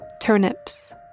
turnips